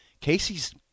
Casey's